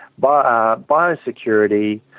biosecurity